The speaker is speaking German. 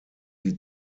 die